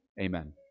amen